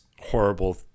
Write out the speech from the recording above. horrible